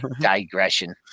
digression